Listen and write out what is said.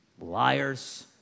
Liars